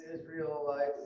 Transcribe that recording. Israelites